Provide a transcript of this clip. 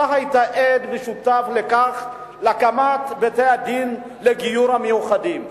אתה היית עד ושותף להקמת בתי-הדין המיוחדים לגיור.